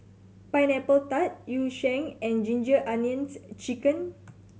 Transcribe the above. Pineapple Tart Yu Sheng and Ginger Onions Chicken